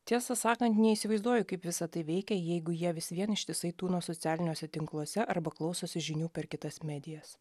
tiesą sakant neįsivaizduoju kaip visa tai veikia jeigu jie vis vien ištisai tūno socialiniuose tinkluose arba klausosi žinių per kitas medijas